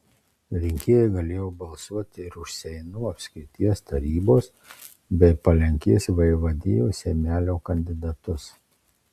rinkėjai galėjo balsuoti ir už seinų apskrities tarybos bei palenkės vaivadijos seimelio kandidatus